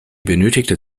benötigte